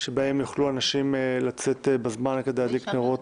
שבהם יוכלו אנשים לצאת בזמן כדי להדליק נרות